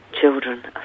children